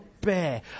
bear